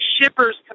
shipper's